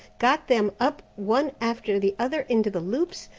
got them up one after the other into the loops,